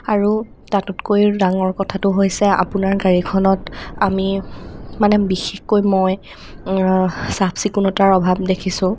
আৰু তাতোতকৈয়ো ডাঙৰ কথাটো হৈছে আপোনাৰ গাড়ীখনত আমি মানে বিশেষকৈ মই চাফ চিকুণতাৰ অভাৱ দেখিছোঁ